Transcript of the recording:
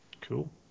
Cool